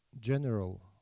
general